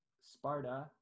Sparta